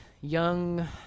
young